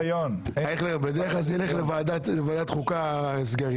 ההליך להליך חיצוני,